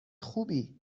خوبی